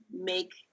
make